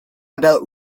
about